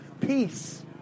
Peace